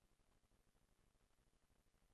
(תיקון) (הארכת התקופה להגשת בקשה